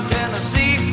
Tennessee